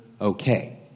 okay